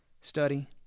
study